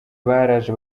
baraje